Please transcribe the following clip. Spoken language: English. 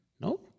No